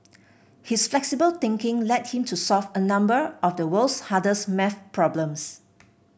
his flexible thinking led him to solve a number of the world's hardest maths problems